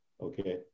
okay